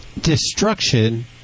destruction